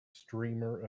streamer